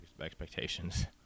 expectations